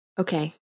Okay